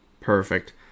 Perfect